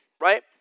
right